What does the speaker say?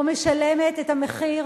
או משלמת את המחיר